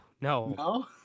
No